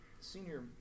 senior